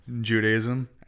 Judaism